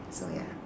so ya